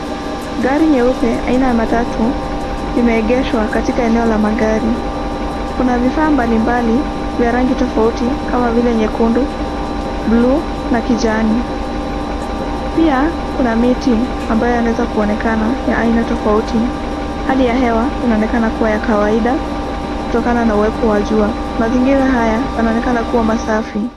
Gari nyeupe aina ya matatu, imeegeshwa katika eneo ya magari, kuna vifaa mbalimbali vya rangi tofauti, kama vile nyekundu, buluu, na kijani, pia kuna miti, ambayo yanaweza kuonekana ya aina tofauti, hali ya hewa inaonekana kuwa ya kawaida kutokana na uwepo wa jua, mazingira haya, yanaonekana kuwa masafi.